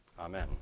Amen